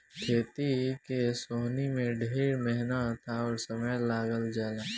खेत के सोहनी में ढेर मेहनत अउर समय लाग जला